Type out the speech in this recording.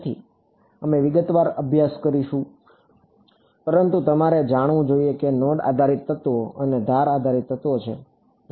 તેથી અમે વિગતવાર અભ્યાસ કરીશું પરંતુ તમારે જાણવું જોઈએ કે નોડ આધારિત તત્વો અને ધાર આધારિત તત્વો છે